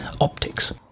Optics